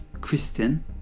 Kristen